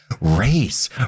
Race